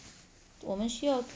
我们需要